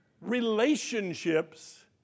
relationships